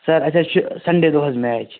سَر اَسہِ حظ چھِ سنٛڈے دۄہ حظ میچ